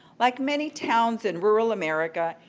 like many towns in rural america,